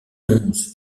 onze